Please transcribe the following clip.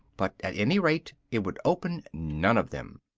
but at any rate it would open none of them.